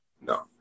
No